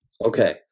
Okay